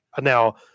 Now